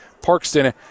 Parkston